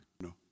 No